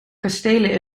kastelen